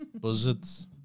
Buzzards